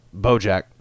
Bojack